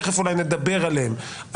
תכף אולי נדבר עליהם,